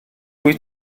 wyt